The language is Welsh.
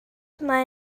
mae